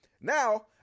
Now